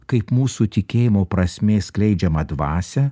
kaip mūsų tikėjimo prasmės skleidžiamą dvasią